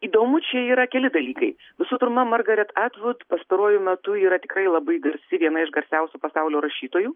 įdomu čia yra keli dalykai visų pirma margaret atvud pastaruoju metu yra tikrai labai garsi viena iš garsiausių pasaulio rašytojų